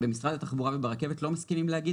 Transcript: במשרד התחבורה וברכבת לא מסכימים להגיד